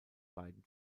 beiden